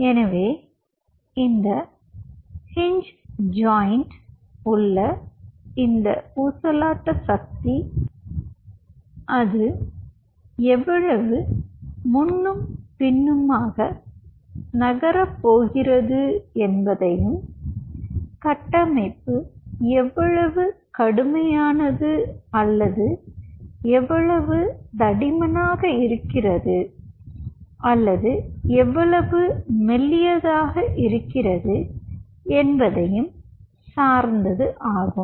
எனவே இந்த hinge joint உள்ள இந்த ஊசலாட்ட சக்தி அது எவ்வளவு முன்னும் பின்னுமாக நகரப் போகிறது என்பதையும் கட்டமைப்பு எவ்வளவு கடுமையானது அல்லது எவ்வளவு தடிமனாக இருக்கிறது அல்லது எவ்வளவு மெல்லியதாக இருக்கிறது என்பதையும் சார்ந்தது ஆகும்